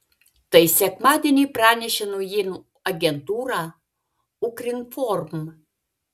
tai sekmadienį pranešė naujienų agentūra ukrinform